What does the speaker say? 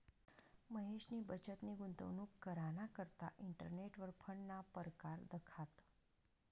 महेशनी बचतनी गुंतवणूक कराना करता इंटरनेटवर फंडना परकार दखात